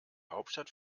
hauptstadt